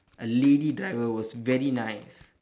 a lady driver was very nice